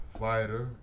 fighter